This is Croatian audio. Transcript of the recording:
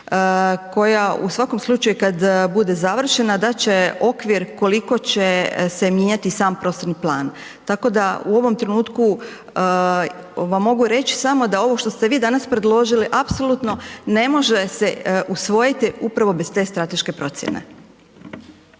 koja u svakom slučaju kad bude završena dat će okvir koliko će se mijenjati sam prostorni plan. Tako da u ovom trenutku vam mogu reći samo da ovo što ste vi danas predložili apsolutno ne može se usvojiti upravo bez te strateške procjene.